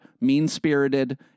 mean-spirited